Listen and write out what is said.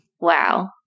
Wow